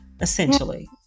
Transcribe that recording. essentially